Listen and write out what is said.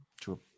True